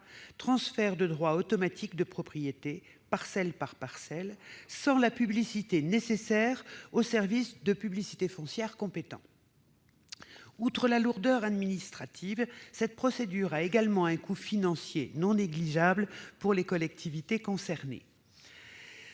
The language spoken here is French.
transfert de droit automatique de propriété, parcelle par parcelle, sans la publicité nécessaire au service de publicité foncière compétent. Outre la lourdeur administrative, cette procédure a également un coût financier non négligeable pour les collectivités concernées.